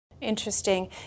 Interesting